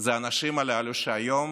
זה האנשים הללו שהיום